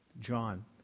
John